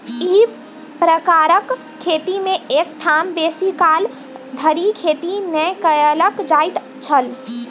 एही प्रकारक खेती मे एक ठाम बेसी काल धरि खेती नै कयल जाइत छल